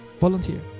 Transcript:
Volunteer